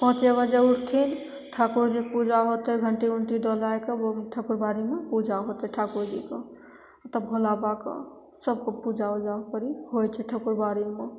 पाँचे बजे उठथिन ठाकुरजीके पूजा होतै घण्टी उण्टी डोलैके भोग ठकुरबाड़ीमे पूजा होतै ठाकुरजीके तब भोलाबाबाके सभके पूजा ओहिजेपर ही होइ छै ठकुरबाड़ीमे